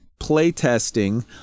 playtesting